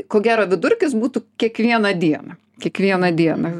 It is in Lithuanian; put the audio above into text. ko gero vidurkis būtų kiekvieną dieną kiekvieną dieną